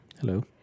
Hello